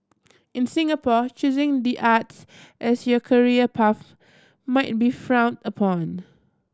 in Singapore choosing the arts as your career path might be frowned upon